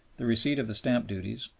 the receipts of the stamp duties,